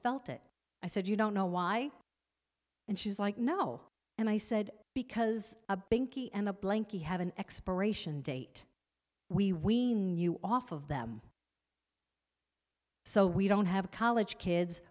felt it i said you don't know why and she's like no and i said because a binky and a blanket have an expiration date we wean you off of them so we don't have college kids